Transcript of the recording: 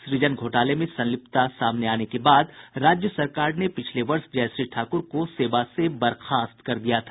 सृजन घोटाले में संलिप्तता सामने आने के बाद राज्य सरकार ने पिछले वर्ष जयश्री ठाकुर को सेवा से बर्खास्त कर दिया था